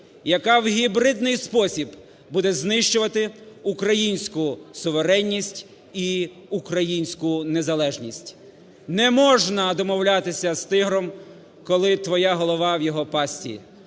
яка в гібридний спосіб буде знищувати українську суверенність і українську незалежність. Не можна домовлятися з тигром, коли твоя голова в його пастці.